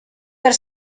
per